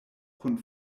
kun